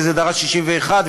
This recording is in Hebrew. וזה דרש רוב של 61,